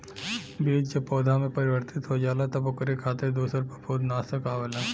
बीज जब पौधा में परिवर्तित हो जाला तब ओकरे खातिर दूसर फंफूदनाशक आवेला